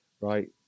right